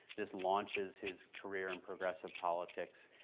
this launches his career in progressive politics.